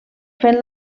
fent